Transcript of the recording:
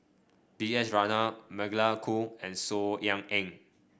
B S Rajhans Magdalene Khoo and Saw Ean Ang